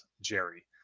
Jerry